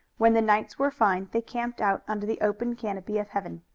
when the nights were fine they camped out under the open canopy of heaven.